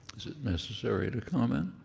is it necessary to comment?